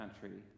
country